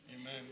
Amen